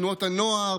בתנועות הנוער,